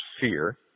fear